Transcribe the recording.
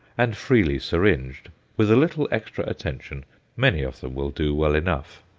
and freely syringed with a little extra attention many of them will do well enough.